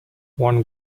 one